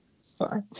Sorry